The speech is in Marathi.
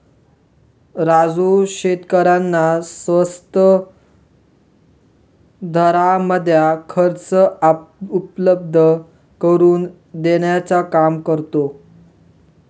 राजू शेतकऱ्यांना स्वस्त दरामध्ये कर्ज उपलब्ध करून देण्याचं काम करतो